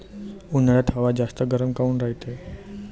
उन्हाळ्यात हवा जास्त गरम काऊन रायते?